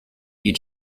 you